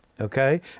Okay